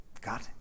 God